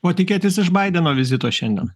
o tikėtis iš baideno vizito šiandien